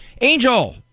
angel